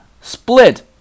Split